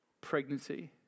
pregnancy